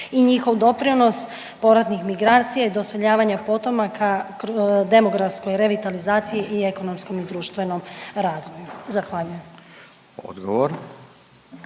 i njihov doprinos povratnih migracija i doseljavanja potomaka demografskoj revitalizaciji i ekonomskom i društvenom razvoju? Zahvaljujem. **Radin,